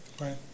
right